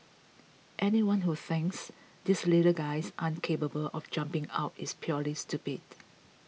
anyone who thinks these little guys aren't capable of jumping out is purely stupid